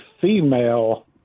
female